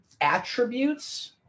attributes